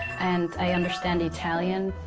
and i understand italian.